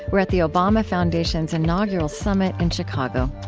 we're at the obama foundation's inaugural summit in chicago